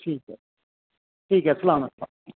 ठीक ऐ ठीक ऐ सलाम ऐ